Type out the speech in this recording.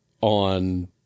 on